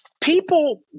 people